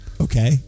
Okay